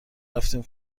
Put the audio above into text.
رفتیم